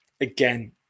Again